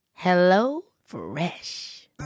HelloFresh